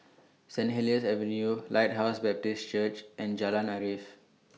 Saint Helier's Avenue Lighthouse Baptist Church and Jalan Arif